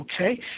okay